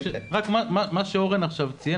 מה שאורן ציין,